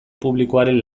publikoaren